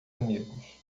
amigos